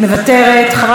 מוותרת,